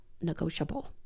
negotiable